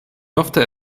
ofte